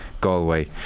Galway